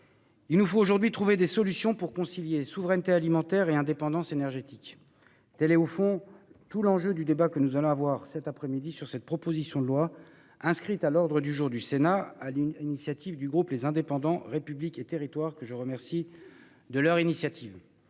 il nous faut aujourd'hui trouver des solutions pour concilier souveraineté alimentaire et indépendance énergétique. Tel est, au fond, tout l'enjeu du débat que nous allons avoir sur cette proposition de loi inscrite à l'ordre du jour du Sénat sur l'initiative du groupe Les Indépendants - République et Territoires, que je remercie. La guerre en Ukraine,